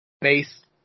base